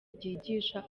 ryigisha